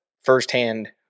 firsthand